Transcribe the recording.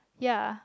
ya